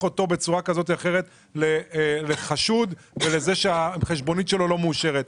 אותו בצורה כזאת או אחרת לחשוד ולמי שהחשבונית שלו לא מאושרת.